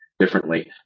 Differently